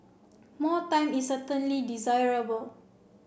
more time is certainly desirable